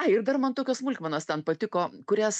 ai ir dar man tokios smulkmenos ten patiko kurias